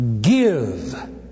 give